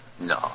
No